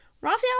Raphael